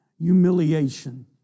humiliation